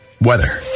weather